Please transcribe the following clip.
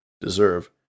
deserve